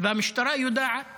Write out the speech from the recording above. והמשטרה יודעת